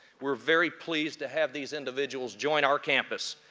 we're very pleased to have these individuals join our campus.